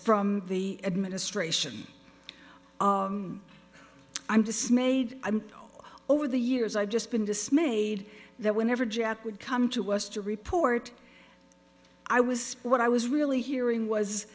from the administration i'm dismayed over the years i've just been dismayed that whenever jack would come to us to report i was what i was really hearing was